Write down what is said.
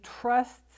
trusts